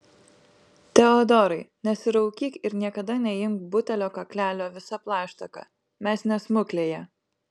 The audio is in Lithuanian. teodorai nesiraukyk ir niekada neimk butelio kaklelio visa plaštaka mes ne smuklėje